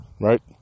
Right